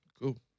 Cool